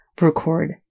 record